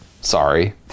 Sorry